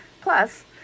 Plus